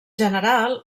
general